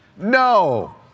No